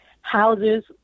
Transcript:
Houses